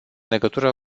legătură